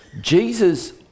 Jesus